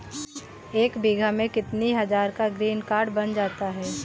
एक बीघा में कितनी हज़ार का ग्रीनकार्ड बन जाता है?